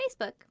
Facebook